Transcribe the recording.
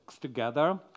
Together